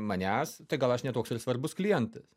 manęs tai gal aš ne toks ir svarbus klientas